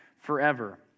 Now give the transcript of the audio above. forever